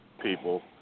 people